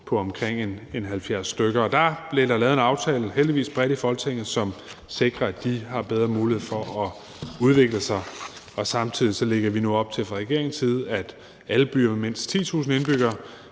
på omkring 70 stykker. Der blev der lavet en aftale, heldigvis bredt i Folketinget, som sikrer, at de har bedre muligheder for at udvikle sig, og samtidig lægger vi nu op til fra regeringens side, at alle byer med mindst 10.000 indbyggere